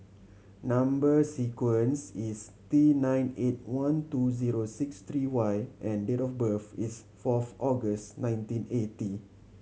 number sequence is T nine eight one two zero six three Y and date of birth is fourth August nineteen eighty